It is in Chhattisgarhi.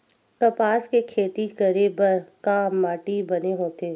कपास के खेती करे बर का माटी बने होथे?